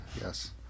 Yes